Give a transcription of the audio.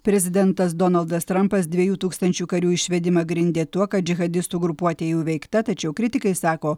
prezidentas donaldas trampas dviejų tūkstančių karių išvedimą grindė tuo kad džihadistų grupuotė jau įveikta tačiau kritikai sako